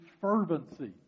fervency